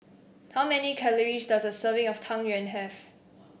how many calories does a serving of Tang Yuen have